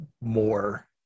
more